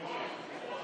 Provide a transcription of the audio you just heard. נתקבלה.